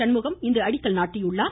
சண்முகம் இன்று அடிக்கல் நாட்டினார்